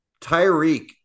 Tyreek